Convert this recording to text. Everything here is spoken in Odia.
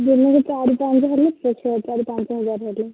ଦିନକୁ ଚାରି ପାଞ୍ଚ ହେଲେ ଚାରି ପାଞ୍ଚ ହଜାର ହେଲେ